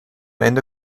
ende